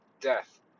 death